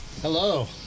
Hello